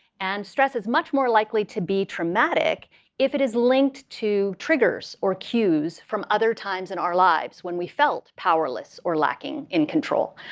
and stress is much more likely to be traumatic if it is linked to triggers or cues from other times in our lives when we felt powerless or lacking in control.